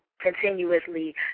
continuously